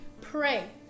pray